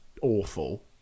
awful